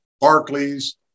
Barclays